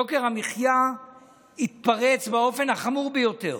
יוקר המחיה התפרץ באופן החמור ביותר,